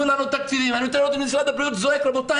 לנו תקציבים' אני רוצה לראות את משרד הבריאות זועק 'רבותי,